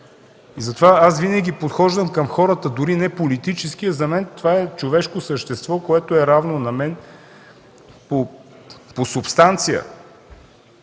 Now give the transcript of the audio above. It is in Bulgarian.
Затова винаги подхождам към хората дори не политически. За мен, това е човешко същество, което е равно на мен по субстанция.